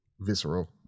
visceral